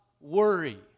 worry